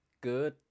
Good